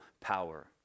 power